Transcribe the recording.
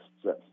Yes